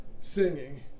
singing